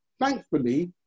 thankfully